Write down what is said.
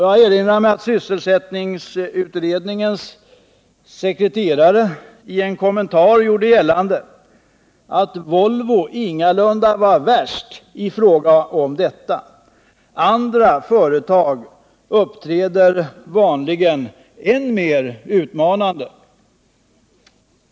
Jag erinrar mig att sysselsättningsutredningens sekreterare i en kommentar gjorde gällande att Volvo ingalunda var värst i fråga om detta. Andra företag uppträder vanligen än mer utmanande.